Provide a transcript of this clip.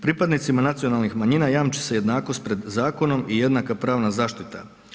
Pripadnici nacionalnih manjina jamči se jednakost pred zakonom i jednaka pravna zaštita.